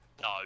No